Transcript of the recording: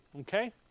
Okay